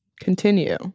Continue